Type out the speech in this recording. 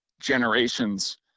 generations